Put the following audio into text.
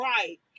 Right